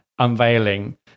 unveiling